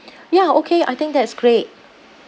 ya okay I think that's great